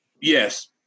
Yes